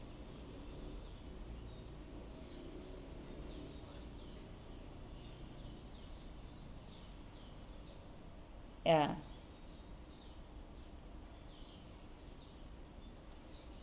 ya